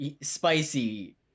Spicy